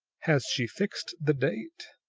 has she fixed the date?